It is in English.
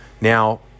Now